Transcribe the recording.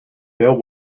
bill